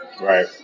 right